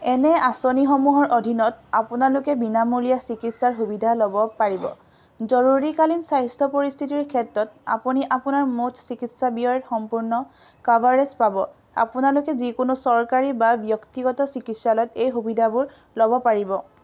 এনে আঁচনিসমূহৰ অধীনত আপোনালোকে বিনামূলীয়া চিকিৎসাৰ সুবিধা ল'ব পাৰিব জৰুৰীকালীন স্বাস্থ্য পৰিস্থিতিৰ ক্ষেত্ৰত আপুনি আপোনাৰ মুঠ চিকিৎসা ব্যয়ৰ সম্পূৰ্ণ কাভাৰেজ পাব আপোনালোকে যিকোনো চৰকাৰী বা ব্যক্তিগত চিকিৎসালয়ত এই সুবিধাবোৰ ল'ব পাৰিব